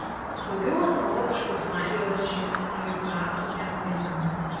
daugiau analogiškų islandijos žingsniui faktų neaptinkama